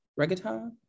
Reggaeton